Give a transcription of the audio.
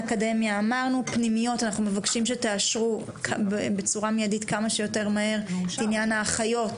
אנחנו מבקשים שתאשרו בצורה מיידית כמה שיותר מהר את העניין האחיות